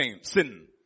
sin